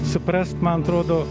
suprast man atrodo